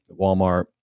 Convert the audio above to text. Walmart